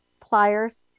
pliers